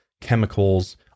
chemicals